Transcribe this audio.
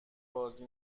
باز